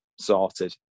sorted